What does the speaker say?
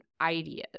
ideas